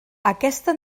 aquesta